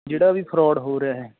ਜਿਹੜਾ ਵੀ ਫਰੋਡ ਹੋ ਰਿਹੈ ਇਹ